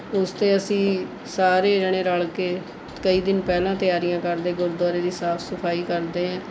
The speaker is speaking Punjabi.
ਉਸ 'ਤੇ ਅਸੀਂ ਸਾਰੇ ਜਣੇ ਰਲ਼ ਕੇ ਕਈ ਦਿਨ ਪਹਿਲਾਂ ਤਿਆਰੀਆਂ ਕਰਦੇ ਗੁਰਦੁਆਰੇ ਦੀ ਸਾਫ ਸਫਾਈ ਕਰਦੇ ਹਾਂ